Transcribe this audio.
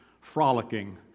frolicking